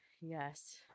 Yes